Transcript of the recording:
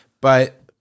But-